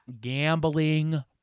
gambling